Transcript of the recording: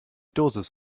dosis